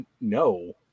no